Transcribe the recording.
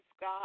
God